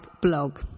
blog